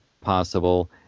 possible